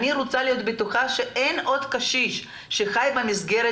אני רוצה להיות בטוחה שאין עוד קשיש שחי במסגרת